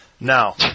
Now